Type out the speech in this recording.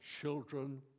children